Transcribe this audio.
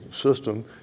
system